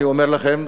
אני אומר לכם,